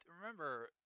remember